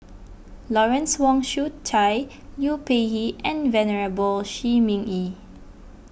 Lawrence Wong Shyun Tsai Liu Peihe and Venerable Shi Ming Yi